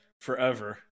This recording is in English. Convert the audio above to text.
forever